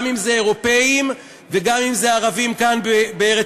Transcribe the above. גם אם אלה אירופים וגם אם אלה ערבים כאן בארץ-ישראל.